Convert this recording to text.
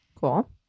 Cool